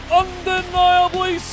undeniably